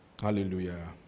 Hallelujah